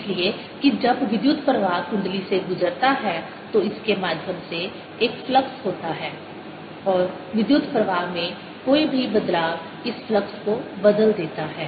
इसलिए कि जब विद्युत प्रवाह कुंडली से गुजरता है तो इसके माध्यम से एक फ्लक्स होता है और विद्युत प्रवाह में कोई भी बदलाव इस फ्लक्स को बदल देता है